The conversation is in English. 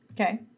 Okay